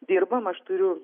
dirbam aš turiu